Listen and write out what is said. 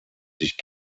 sich